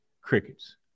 crickets